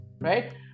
right